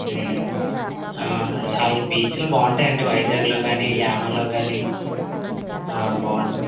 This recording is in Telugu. అవి బీచ్లు బాగుంటాయి అండి వైజాగ్లో గాని యానాంలో గాని బాగుంటాయి